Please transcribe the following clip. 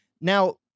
Now